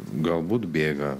galbūt bėga